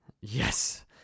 Yes